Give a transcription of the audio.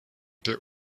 der